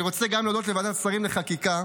אני רוצה גם להודות לוועדת השרים לחקיקה,